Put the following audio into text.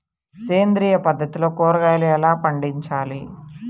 సేంద్రియ పద్ధతిలో కూరగాయలు ఎలా పండించాలి?